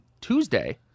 Tuesday